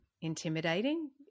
intimidating